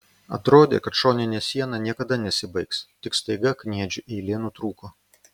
atrodė kad šoninė siena niekada nesibaigs tik staiga kniedžių eilė nutrūko